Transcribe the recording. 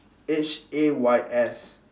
H A Y S